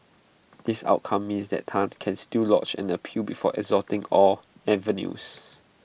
this outcome means that Tan can still lodge an appeal before exhausting all avenues